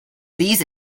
these